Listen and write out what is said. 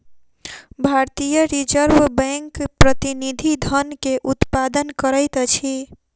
भारतीय reserve bank प्रतिनिधि धन के उत्पादन करैत अछि